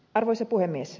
arvoisa puhemies